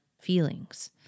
feelings